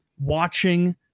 watching